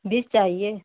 बीज चाहिए